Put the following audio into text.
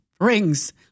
rings